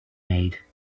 made